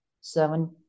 seven